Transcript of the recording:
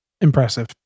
impressive